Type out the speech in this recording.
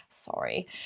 sorry